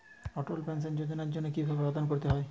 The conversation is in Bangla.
অটল পেনশন যোজনার জন্য কি ভাবে আবেদন করতে হয়?